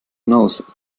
nose